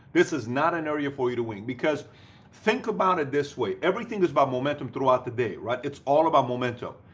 this is not an area for you to wing, because think about it this way. everything is by momentum throughout the day. it's all about momentum.